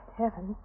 heaven